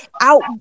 out